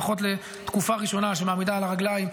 לפחות לתקופה ראשונה שמעמידה על הרגליים,